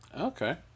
Okay